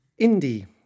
indie